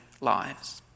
lives